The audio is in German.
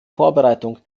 vorbereitung